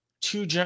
two